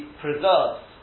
preserves